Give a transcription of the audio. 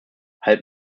halb